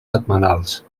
setmanals